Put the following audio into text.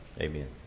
Amen